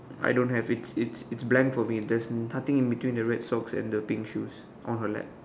I don't have it it's it's blank for me there's nothing in between the red socks and pink shoes on her lap